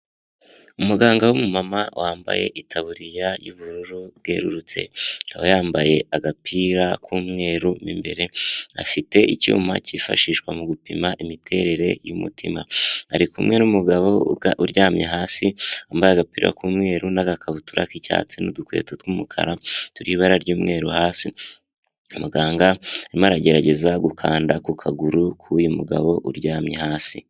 Umuganga w'umumama wambaye itaburiya y'ubururu bwerurutse, aba yambaye agapira k'umweru mo imbere, afite icyuma cyifashishwa mu gupima imiterere y'umutima. Ari kumwe n'umugabo uryamye hasi wambaye agapira k'umweru, n'agakabutura k'icyatsi, n'udukweto tw'umukara turimo ibara ry'umweru hasi, umuganga arimo aragerageza gukanda ku kaguru k'uyu mugabo uryamye hasi.